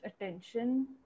attention